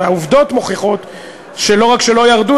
העובדות מוכיחות שלא רק שלא ירדו,